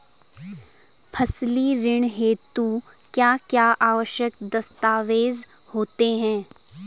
फसली ऋण हेतु क्या क्या आवश्यक दस्तावेज़ होते हैं?